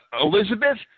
Elizabeth